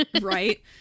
Right